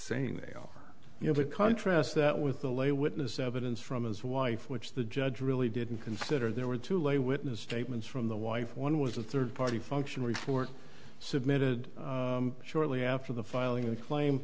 nail you have a contrast that with the lay witness evidence from his wife which the judge really didn't consider there were two lay witness statements from the wife one was a third party function report submitted shortly after the filing a claim